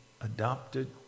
adopted